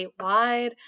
statewide